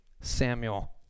Samuel